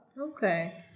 Okay